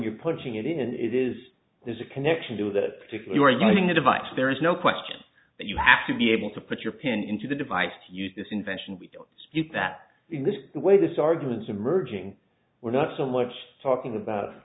you're putting it in it is there's a connection to that particular you're using the device there is no question that you have to be able to put your pin into the device to use this invention we don't dispute that in this way this argument emerging we're not so much talking about